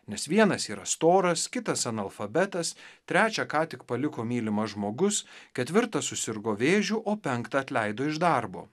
nes vienas yra storas kitas analfabetas trečią ką tik paliko mylimas žmogus ketvirtas susirgo vėžiu o penktą atleido iš darbo